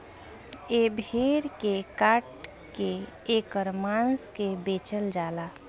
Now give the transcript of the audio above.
ए भेड़ के काट के ऐकर मांस के बेचल जाला